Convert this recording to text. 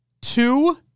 two